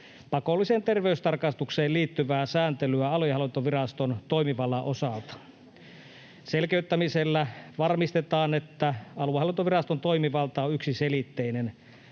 pakolliseen terveystarkastukseen liittyvää sääntelyä aluehallintoviraston toimivallan osalta. Selkeyttämisellä varmistetaan, että aluehallintoviraston toimivalta on yksiselitteinen.